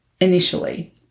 initially